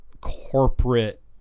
corporate